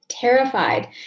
terrified